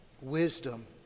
Wisdom